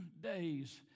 days